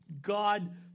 God